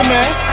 man